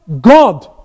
God